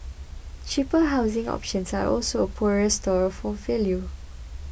cheaper housing options are also a poorer store for value